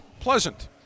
Pleasant